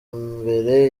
mbere